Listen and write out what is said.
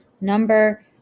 number